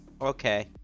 Okay